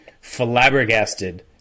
flabbergasted